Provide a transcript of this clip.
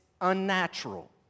unnatural